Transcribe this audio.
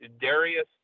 Darius